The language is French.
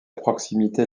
proximité